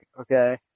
okay